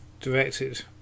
directed